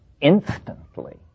instantly